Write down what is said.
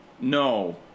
No